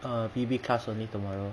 err V_B class only tomorrow